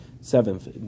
seventh